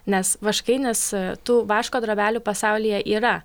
nes vaškainis tų vaško drobelių pasaulyje yra